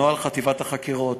נוהל חטיבת החקירות